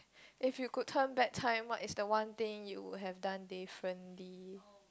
if you could turn back time what is the one thing you would have done differently